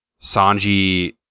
Sanji